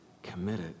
committed